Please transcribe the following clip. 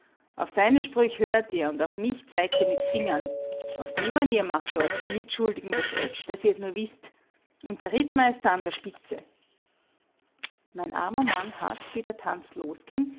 auf seine sprüch hört ihr und auf mich zeigt ihr mit fingern auf die manier macht ihr euch zu mitschuldigen des oetsch daß ihr's nur wißt und der rittmeister an der spitze mein armer mann hat wie der tanz